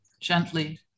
gently